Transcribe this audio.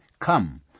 come